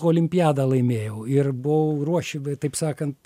olimpiadą laimėjau ir buvau ruoši taip sakant